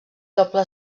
doble